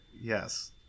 Yes